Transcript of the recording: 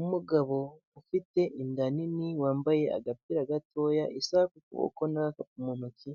Umugabo ufite inda nini wambaye agapira gatoya isaha ku kuboko n'agakapu mu ntoki,